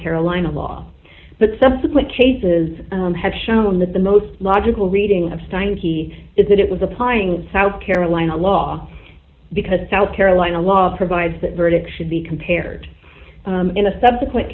carolina law but subsequent cases have shown that the most logical reading of stine key is that it was applying south carolina law because south carolina law provides that verdict should be compared in a subsequent